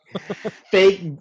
fake